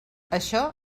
això